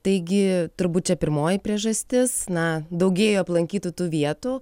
taigi turbūt čia pirmoji priežastis na daugėja aplankytų tų vietų